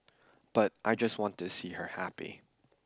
but I just want to see her happy